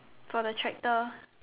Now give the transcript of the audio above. for the tractor